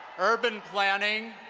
urban planning,